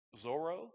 Zorro